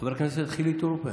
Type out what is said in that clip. חבר הכנסת חילי טרופר.